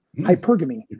hypergamy